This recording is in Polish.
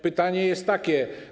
Pytanie jest takie.